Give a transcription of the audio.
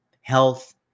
health